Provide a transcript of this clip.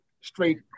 straight